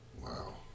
Wow